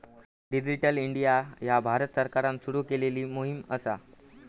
digital India ह्या भारत सरकारान सुरू केलेली मोहीम असा